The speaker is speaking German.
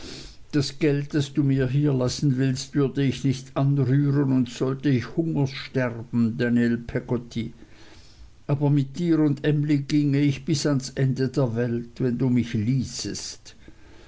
das geld das du mir hierlassen willst würde ich nicht anrühren und sollte ich hungers sterben daniel peggotty aber mit dir und emly ginge ich bis ans ende der welt wenn du mich ließest